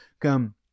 come